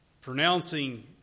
Pronouncing